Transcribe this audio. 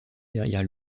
derrière